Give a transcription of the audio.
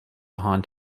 haunt